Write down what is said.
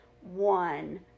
one